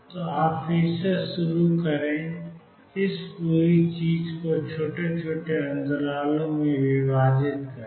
तो आप फिर से शुरू करें इस पूरी चीज़ को छोटे छोटे छोटे अंतरालों में विभाजित करें